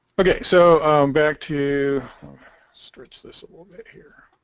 ok so back to stretch this a little bit here